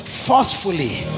Forcefully